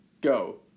Go